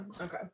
okay